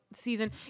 season